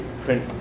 print